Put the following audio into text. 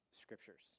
scriptures